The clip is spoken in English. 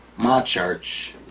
my church,